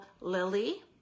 Lily